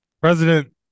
President